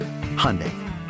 Hyundai